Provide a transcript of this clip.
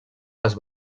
les